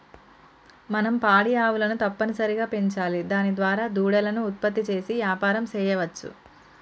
మనం పాడి ఆవులను తప్పనిసరిగా పెంచాలి దాని దారా దూడలను ఉత్పత్తి చేసి యాపారం సెయ్యవచ్చు